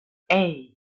hey